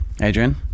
Adrian